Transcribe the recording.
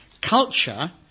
Culture